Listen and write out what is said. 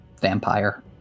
vampire